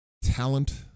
Talent